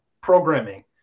programming